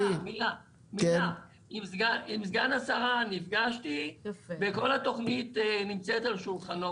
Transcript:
סגן השרה נפגשתי וכל התוכנית נמצאת על שולחנו.